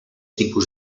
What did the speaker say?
tipus